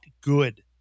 good